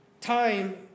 time